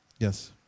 Yes